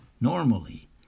Normally